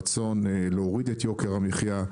הרצון להוריד את יוקר המחייה,